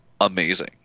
amazing